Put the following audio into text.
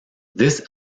this